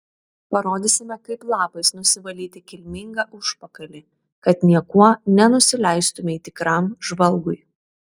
parodysime kaip lapais nusivalyti kilmingą užpakalį kad niekuo nenusileistumei tikram žvalgui